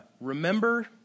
Remember